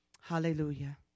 Hallelujah